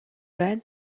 байна